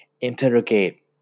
Interrogate